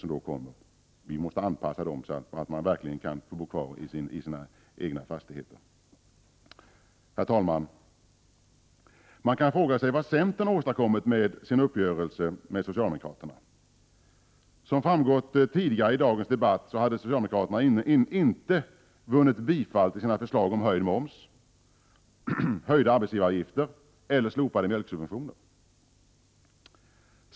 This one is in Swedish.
Vi måste anpassa höjningarna av taxeringsvärdena så att människor verkligen kan bo kvar på sina fastigheter. Herr talman! Man kan fråga sig vad centern åstadkommit med sin uppgörelse med socialdemokraterna. Som framgått tidigare i dagens debatt skulle socialdemokraterna inte fått bifall till sina förslag om höjd moms, höjda arbetsgivaravgifter eller slopade mjölksubventioner.